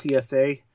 TSA